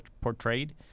portrayed